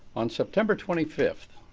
on september twenty five,